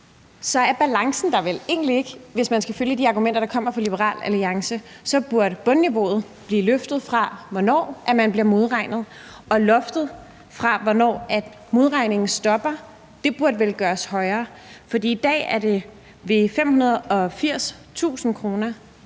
er balancen der vel egentlig ikke. Hvis man skal følge de argumenter, der kommer fra Liberal Alliance, burde bundniveauet blive løftet, fra hvornår man bliver modregnet, og loftet, fra hvornår modregningen stopper, burde vel gøres højere, for i dag er det ved 580.000 kr.,